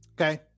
Okay